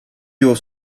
your